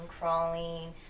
crawling